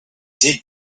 did